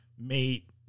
mate